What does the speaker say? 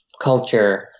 culture